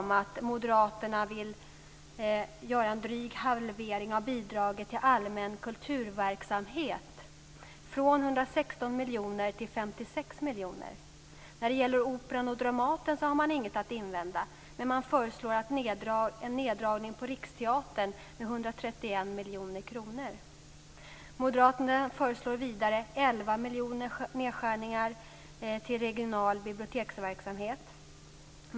Moderaterna vill genomföra en dryg halvering av bidraget till allmän kulturverksamhet från 116 miljoner till 56 miljoner. I fråga om Operan och Dramaten har man inget att invända, men man föreslår en neddragning på Riksteatern med 131 miljoner. Moderaterna föreslår vidare en nedskärning med 11 miljoner till regional biblioteksverksamhet.